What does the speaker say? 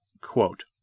Quote